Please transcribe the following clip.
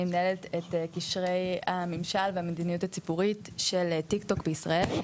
אני מנהלת את קישרי הממשל והמדיניות הציבורית של טיקטוק בישראל.